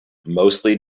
mostly